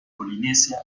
polinesia